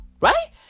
Right